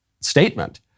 statement